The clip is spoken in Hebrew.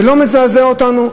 זה לא מזעזע אותנו?